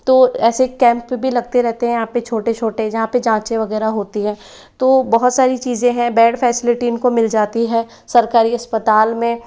तो ऐसे कैंप भी लगते रहते हैं यहाँ पे छोटे छोटे जहाँ पे जाँचें वगैरह होती हैं तो बहुत सारी चीज़ें हैं बैड फ़ैसिलिटी इनको मिल जाती है सरकारी अस्पताल में